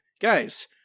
guys